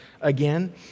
again